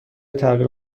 تغییر